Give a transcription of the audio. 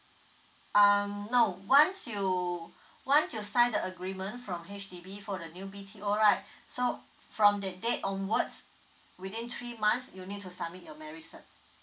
um no once you once you sign the agreement from H_D_B for the new B_T_O right so from that date onwards within three months you need to submit your marriage cert